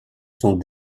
sont